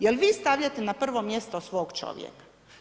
Jel vi stavljate na prvo mjesto svog čovjeka?